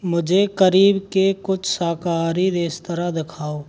मुझे क़रीब के कुछ शाकाहारी रेस्तरा दिखाओ